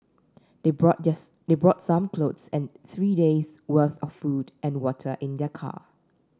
they brought this they brought some clothes and three days' worth of food and water in their car